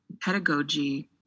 pedagogy